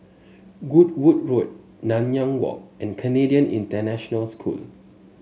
Goodwood Road Nanyang Walk and Canadian International School